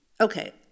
Okay